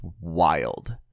wild